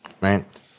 right